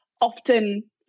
often